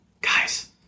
guys